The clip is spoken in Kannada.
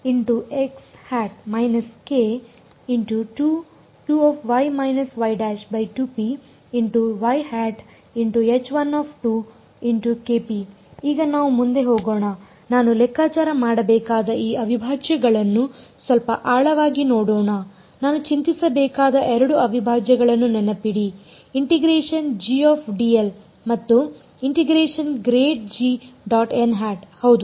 ಈಗ ನಾವು ಮುಂದೆ ಹೋಗೋಣ ನಾನು ಲೆಕ್ಕಾಚಾರ ಮಾಡಬೇಕಾದ ಈ ಅವಿಭಾಜ್ಯಗಳನ್ನು ಸ್ವಲ್ಪ ಆಳವಾಗಿ ನೋಡೋಣ ನಾನು ಚಿಂತಿಸಬೇಕಾದ 2 ಅವಿಭಾಜ್ಯಗಳನ್ನು ನೆನಪಿಡಿ ಮತ್ತು ಹೌದು